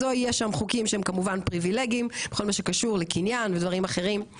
יהיה שם חוקים שהם כמובן פריבילגיים בכל מה שקשור לקניין ודברים אחרים.